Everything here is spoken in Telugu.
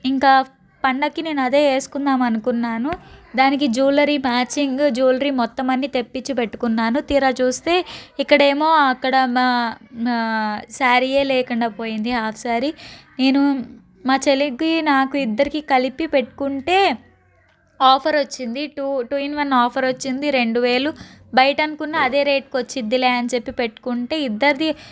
ఇంకా పండగకి నేను అదే వేసుకుందామని అనుకున్నాను దానికి జ్యులరీ మ్యాచింగ్ జువెలరీ మొత్తం అన్నీ తెప్పించి పెట్టుకున్నాను తీరా చూస్తే ఇక్కడ ఏమో అక్కడ మా మా సారీయే లేకుండా పోయింది హాఫ్ సారీ నేను మా చెల్లికి నాకు ఇద్దరికీ కలిపి పెట్టుకుంటే ఆఫర్ వచ్చింది two two in one offer వచ్చింది రెండు వేలు బయట అనుకున్న అదే రేట్కి వస్తుందిలే అని చెప్పి పెట్టుకుంటే ఇద్దరిదీ